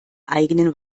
eigenen